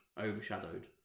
overshadowed